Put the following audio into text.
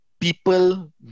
people